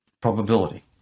probability